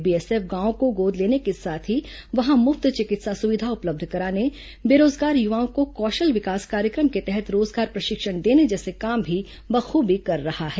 BSF गांवों को गोद लेने के साथ ही वहां मुफ्त चिकित्सा सुविधा उपलब्ध कराने बेरोजगार युवाओं को कौशल विकास कार्यक्रम के तहत रोजगार प्रशिक्षण देने जैसे काम भी बखूबी कर रहा है